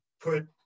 put